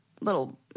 little